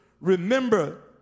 remember